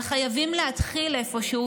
אבל חייבים להתחיל איפשהו,